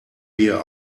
wir